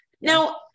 now